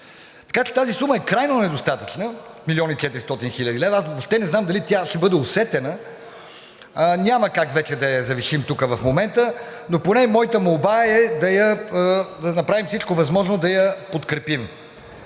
Така че тази сума е крайно недостатъчна – 1 млн. и 400 хил. лв. Въобще не знам дали тя ще бъде усетена. Няма как вече да я завишим тук в момента. Моята молба е да направим всичко възможно да я подкрепим.